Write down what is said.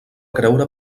creure